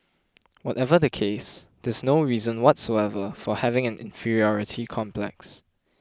whatever the case there's no reason whatsoever for having an inferiority complex